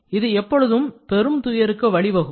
இது எப்பொழுதும் பெரும் துயருக்கு வழிவகுக்கும்